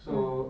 so